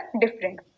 different